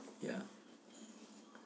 ya